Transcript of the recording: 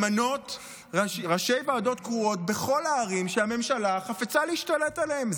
למנות ראשי ועדות קרואות בכל הערים שהממשלה חפצה להשתלט עליהן.